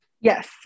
Yes